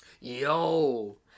Yo